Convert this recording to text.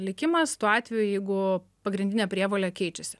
likimas tuo atveju jeigu pagrindinė prievolė keičiasi